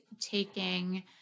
taking